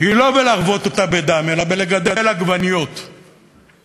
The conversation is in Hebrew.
היא לא בלהרוות אותה בדם אלא בלגדל עגבניות ומלפפונים.